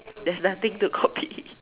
there's nothing to copy